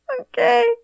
Okay